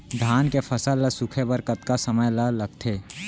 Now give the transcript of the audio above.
धान के फसल ल सूखे बर कतका समय ल लगथे?